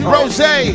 Rosé